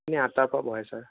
এনেই আঠটাৰ পৰা বহে ছাৰ